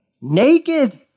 naked